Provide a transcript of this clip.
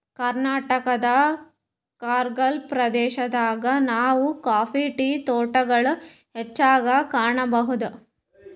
ಕರ್ನಾಟಕದ್ ಕೂರ್ಗ್ ಪ್ರದೇಶದಾಗ್ ನಾವ್ ಕಾಫಿ ಟೀ ತೋಟಗೊಳ್ ಹೆಚ್ಚಾಗ್ ಕಾಣಬಹುದ್